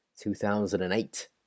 2008